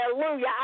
hallelujah